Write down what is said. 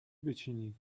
بچینی